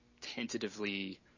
tentatively